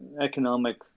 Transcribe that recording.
economic